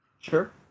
Sure